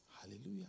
Hallelujah